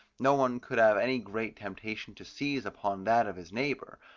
no one could have any great temptation to seize upon that of his neighbour,